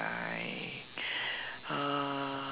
like uh